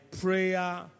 prayer